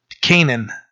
Canaan